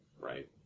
right